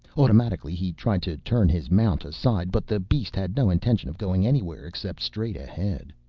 automatically he tried to turn his mount aside. but the beast had no intention of going anywhere except straight ahead.